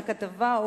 לכתבה,